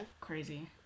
crazy